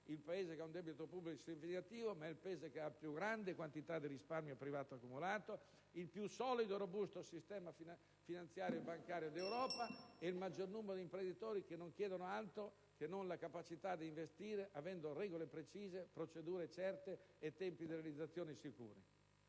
un Paese che ha un debito pubblico significativo, ma è anche il Paese che ha la più grande quantità di risparmio privato accumulato, il più solido e robusto sistema finanziario e bancario d'Europa e il maggior numero di imprenditori che non chiedono altro se non la capacità di investire, avendo regole precise, procedure certe e tempi di realizzazione sicuri.